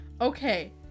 Okay